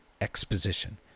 exposition